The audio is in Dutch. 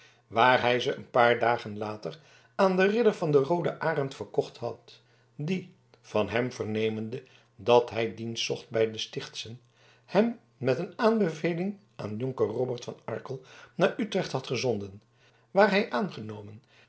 waar hij ze een paar dagen later aan den ridder van den rooden arend verkocht had die van hem vernemende dat hij dienst zocht bij de stichtschen hem met een aanbeveling aan jonker robbert van arkel naar utrecht had gezonden waar hij aangenomen